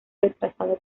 retrasado